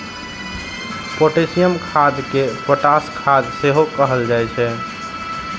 potassium खाद कें potash खाद सेहो कहल जाइ छै